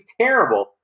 terrible